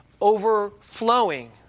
overflowing